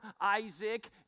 Isaac